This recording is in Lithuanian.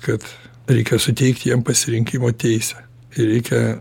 kad reikia suteikt jiem pasirinkimo teisę reikia